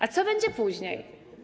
A co będzie później?